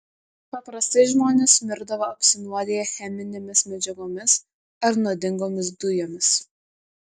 paprastai žmonės mirdavo apsinuodiję cheminėmis medžiagomis ar nuodingomis dujomis